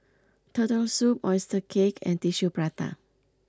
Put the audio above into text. Turtle Soup Oyster Cake and Tissue Prata